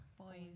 boys